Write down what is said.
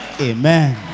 Amen